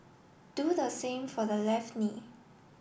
do the same for the left knee